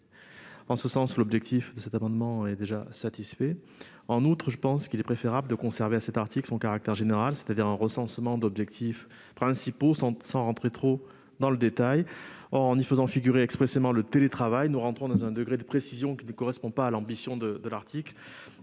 En ce sens, cet amendement est satisfait. D'autre part, il semble préférable de conserver à cet article son caractère général, c'est-à-dire un recensement d'objectifs principaux, sans trop entrer dans le détail. En y faisant figurer expressément le télétravail, nous entrons dans un degré de précision qui ne correspond pas à l'ambition de l'article